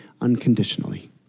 unconditionally